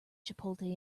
chipotle